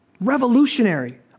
Revolutionary